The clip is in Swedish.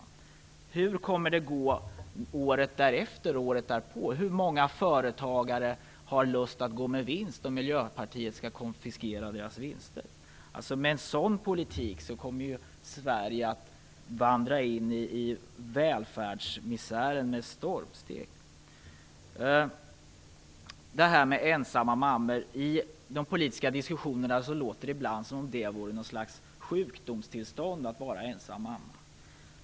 Hur kommer det att gå året därefter, och året därpå? Hur många företagare har lust att gå med vinst om Miljöpartiet skall konfiskera deras vinster? Med en sådan politik kommer Sverige att vandra in i välfärdsmisären med stormsteg. I de politiska diskussionerna låter det ibland som om det vore något slags sjukdomstillstånd att vara ensam mamma.